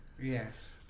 Yes